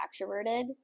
extroverted